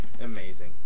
Amazing